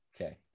Okay